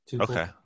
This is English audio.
okay